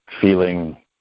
feeling